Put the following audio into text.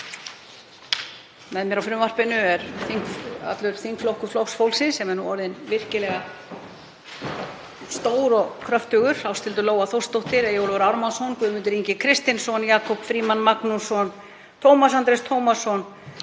Með mér á frumvarpinu er allur þingflokkur Flokks fólksins, sem er nú orðinn virkilega stór og kröftugur; Ásthildur Lóa Þórsdóttir, Eyjólfur Ármannsson, Guðmundur Ingi Kristinsson, Jakob Frímann Magnússon og Tómas A. Tómasson.